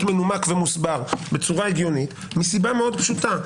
מנומק ומוסבר בצורה הגיונית מסיבה מאוד פשוטה.